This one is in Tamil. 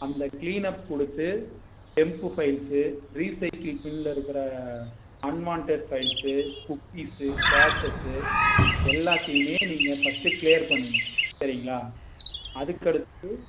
அந்த கிளீன் அப் கொடுத்து ரீ பை ஸ்கிப்பிங்கில இருக்கிற அன்வான்ட்டட் ஃபைல்ஸ்ஸு குக்கிஸ்சு கேட்ச்சஸ்சு எல்லாத்தையுமே நீங்கள் ஃபர்ஸ்ட்டு க்ளியர் பண்ணுங்கள் சரிங்களா அதற்கு அடுத்து